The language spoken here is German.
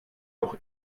doch